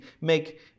make